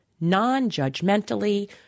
non-judgmentally